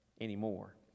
anymore